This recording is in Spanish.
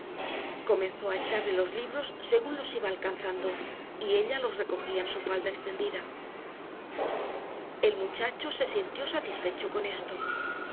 comenzó a echarle los libros según los iba alcanzando y ella los recogía en su falda extendida el muchacho se sintió satisfecho con esto